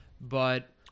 but-